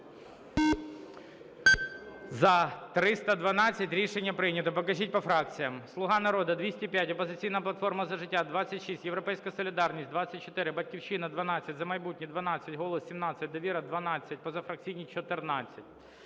За-312 Рішення прийнято. Покажіть по фракціям. "Слуга народу" – 205, "Опозиційна платформа - За життя" – 26, "Європейська солідарність" – 24, "Батьківщина" – 12, "За майбутнє" – 12, "Голос" – 17, "Довіра" – 12, позафракційні – 14.